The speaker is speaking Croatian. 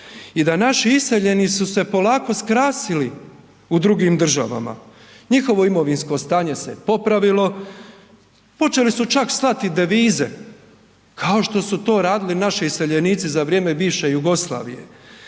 i da naši iseljeni su se polako skrasili u drugim državama, njihovo imovinsko stanje se je popravilo, počeli su čak slati i devize, kao što su to radili naši iseljenici za vrijeme bivše Jugoslavije